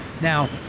Now